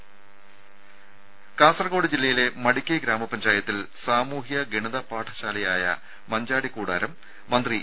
രംഭ കാസർകോട് ജില്ലയിലെ മടിക്കൈ ഗ്രാമപഞ്ചായത്തിൽ സാമൂഹ്യ ഗണിത പാഠശാലയായ മഞ്ചാടിക്കൂടാരം മന്ത്രി ഇ